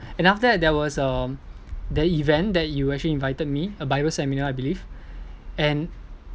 and after that there was um the event that you actually invited me a bible seminar I believe and